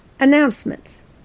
Announcements